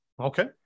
Okay